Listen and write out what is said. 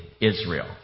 Israel